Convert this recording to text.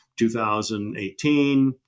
2018